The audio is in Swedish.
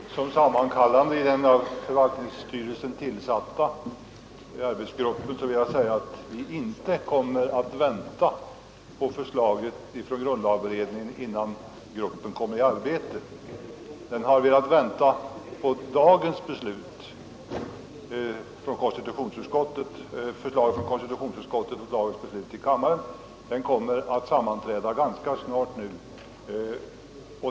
Herr talman! Som sammankallande i den av förvaltningsstyrelsen tillsatta arbetsgruppen vill jag säga att vi inte kommer att vänta på förslaget från grundlagberedningen innan gruppen kommer i arbete. Den har velat vänta på dagens förslag från konstitutionsutskottet och beslutet i kammaren, och den kommer att sammanträda ganska snart nu.